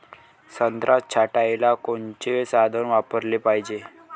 संत्रा छटाईले कोनचे साधन वापराले पाहिजे?